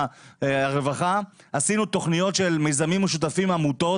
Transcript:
הרווחה עשינו תוכניות של מיזמים משותפים עם עמותות,